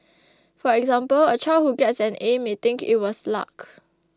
for example a child who gets an A may think it was luck